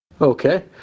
Okay